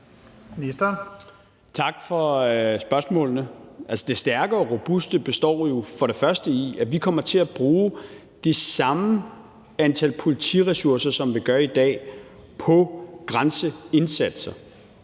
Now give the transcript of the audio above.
Tak for spørgsmålene. Det stærke og robuste består for det første i, at vi kommer til at bruge det samme antal politiressourcer, som vi gør i dag, på grænseindsatser.